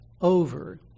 over